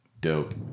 Dope